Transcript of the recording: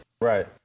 Right